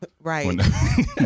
Right